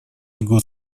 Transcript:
год